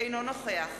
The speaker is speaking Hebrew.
אינו נוכח